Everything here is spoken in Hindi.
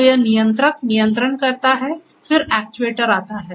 तो यह नियंत्रक नियंत्रण करता है फिर एक्ट्यूएटर आता है